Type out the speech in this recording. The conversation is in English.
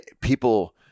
people